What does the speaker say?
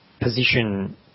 position